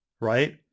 Right